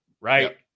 right